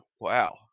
Wow